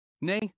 Nay